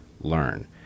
learn